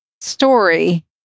story